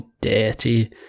dirty